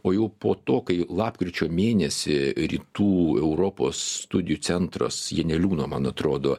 o jau po to kai lapkričio mėnesį rytų europos studijų centras janeliūno man atrodo